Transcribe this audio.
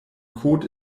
code